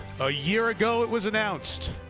a year ago it was announced,